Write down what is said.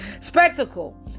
Spectacle